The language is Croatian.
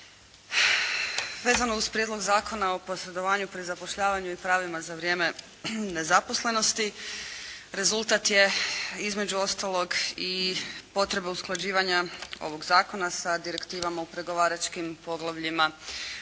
Vezano uz Prijedlog zakona o posredovanju pri zapošljavanju i pravima za vrijeme nezaposlenosti, rezultat je između ostalog i potreba usklađivanja ovog zakona sa direktivama u pregovaračkim poglavljima